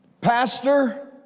Pastor